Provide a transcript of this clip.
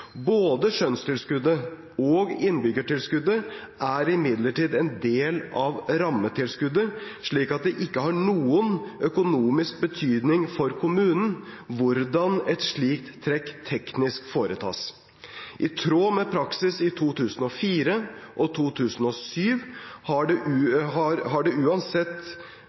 Både skjønnstilskuddet og innbyggertilskuddet er imidlertid en del av rammetilskuddet, slik at det ikke har noen økonomisk betydning for kommunen hvordan et slikt trekk teknisk foretas. I tråd med praksis i 2004 og 2007 har det